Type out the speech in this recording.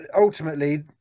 ultimately